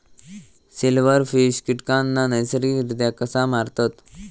Silverfish कीटकांना नैसर्गिकरित्या कसा मारतत?